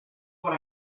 what